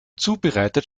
zubereitet